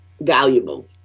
valuable